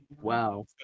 wow